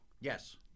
Yes